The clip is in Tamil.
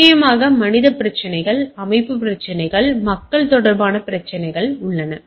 நிச்சயமாக மனித பிரச்சினைகள் அமைப்பு பிரச்சினைகள் மக்கள் தொடர்பான பிரச்சினைகள் உள்ளன